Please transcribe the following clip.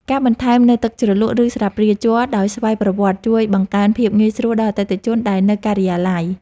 ការបន្ថែមនូវទឹកជ្រលក់ ឬស្លាបព្រាជ័រដោយស្វ័យប្រវត្តិជួយបង្កើនភាពងាយស្រួលដល់អតិថិជនដែលនៅការិយាល័យ។